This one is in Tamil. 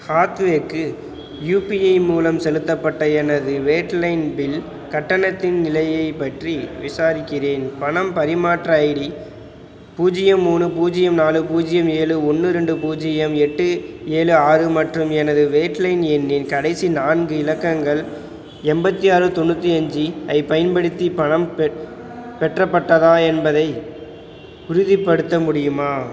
ஹாத்வேக்கு யுபிஐ மூலம் செலுத்தப்பட்ட எனது வேட் லைன் பில் கட்டணத்தின் நிலையைப் பற்றி விசாரிக்கிறேன் பணம் பரிமாற்ற ஐடி பூஜ்ஜியம் மூணு பூஜ்ஜியம் நாலு பூஜ்ஜியம் ஏழு ஒன்று ரெண்டு பூஜ்ஜியம் எட்டு ஏழு ஆறு மற்றம் எனது வேட் லைன் எண்ணின் கடைசி நான்கு இலக்கங்கள் எண்பத்தி ஆறு தொண்ணூற்றி அஞ்சு ஐ பயன்படுத்தி பணம் பெட் பெற்றப்பட்டதா என்பதை உறுதிப்படுத்த முடியுமா